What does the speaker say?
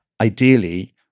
ideally